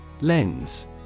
Lens